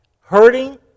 hurting